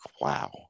wow